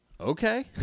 Okay